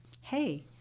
hey